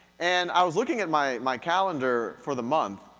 and i was looking at my my calendar for the month,